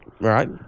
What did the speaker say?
Right